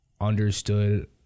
understood